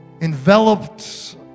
enveloped